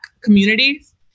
communities